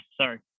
sorry